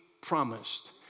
promised